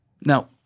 Now